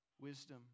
wisdom